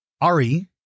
Ari